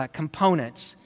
components—